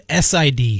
SID